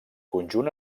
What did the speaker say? conjunt